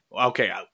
okay